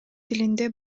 тилинде